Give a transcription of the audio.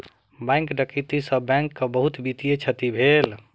bank डकैती से bank के बहुत वित्तीय क्षति भेल